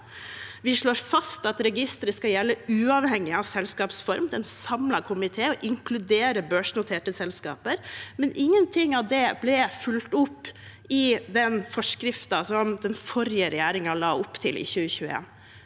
– slår fast at registeret skal gjelde uavhengig av selskapsform og inkludere børsnoterte selskaper. Ingenting av dette ble fulgt opp i den forskriften som den forrige regjeringen la opp til i 2021.